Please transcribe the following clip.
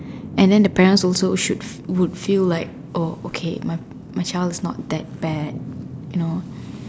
and then the parents also should would feel like oh okay my my child is not that bad you know